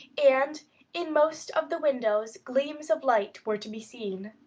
and in most of the windows gleams of light were to be seen.